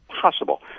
possible